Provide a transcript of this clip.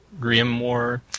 Grimoire